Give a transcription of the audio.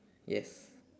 yes